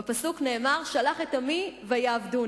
בפסוק נאמר: "שלח את עמי ויעבדני".